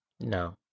No